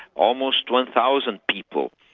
almost one thousand people.